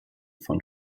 von